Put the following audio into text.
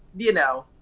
you know,